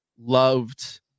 loved